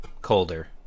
Colder